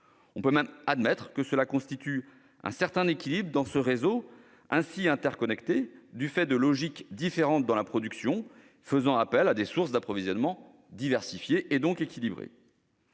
On peut même admettre que cela constitue un certain équilibre dans un réseau ainsi interconnecté, du fait de logiques différentes dans la production faisant appel à des sources d'approvisionnement diversifiées. Mais c'est